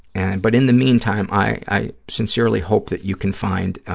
and but in the meantime, i i sincerely hope that you can find